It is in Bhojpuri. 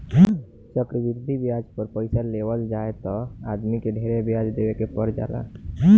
चक्रवृद्धि ब्याज पर पइसा लेवल जाए त आदमी के ढेरे ब्याज देवे के पर जाला